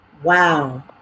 Wow